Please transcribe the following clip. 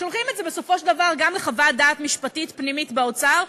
שולחים את זה בסופו של דבר גם לחוות דעת משפטית פנימית באוצר.